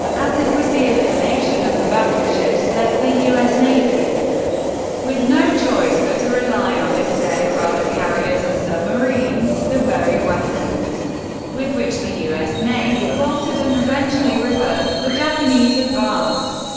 as it was, the elimination of the battleships left the u s. navy with no choice, but to rely on its aircraft carriers and submarines the very weapons with which the u s. navy halted and eventually reversed the japanese advance.